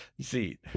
see